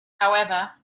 however